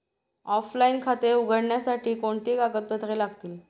Offline खाते उघडण्यासाठी कोणती कागदपत्रे लागतील?